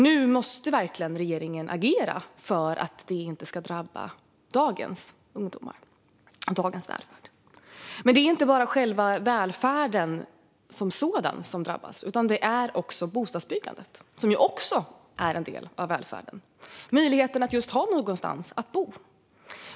Nu måste regeringen verkligen agera för att detta inte ska drabba dagens ungdomar och dagens välfärd. Men det är inte bara själva välfärden som sådan som drabbas, utan det är även bostadsbyggandet som också är en del av välfärden - möjligheten att ha någonstans att bo.